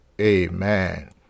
Amen